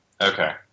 Okay